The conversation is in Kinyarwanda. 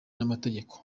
n’amategeko